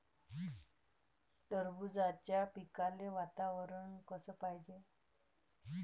टरबूजाच्या पिकाले वातावरन कस पायजे?